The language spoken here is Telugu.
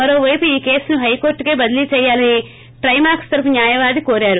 మరోపైపు ఈ కేసును హైకోర్టుకే బదిలీ చేయాలని ట్లెమాక్స్ తరపు న్యాయవాది కోరారు